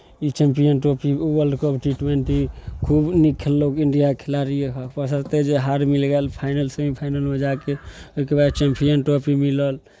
ई champion trophy ओ world cup T twenty खूब नीक खेललक इंडियाके खिलाड़ी हार मिल गेल फाइनल सेमीफाइनलमे जाए कऽ ओहिके बाद चैम्पियन ट्रॉफी मिलल